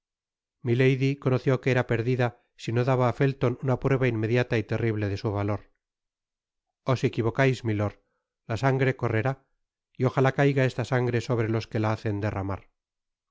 milady conoció que era perdida si no dabaá felton una prueba inmediata y terrible de su valor oí equivocais milord la sangre correrá y ojalá caiga esta sangre sobre los que la hacen derramar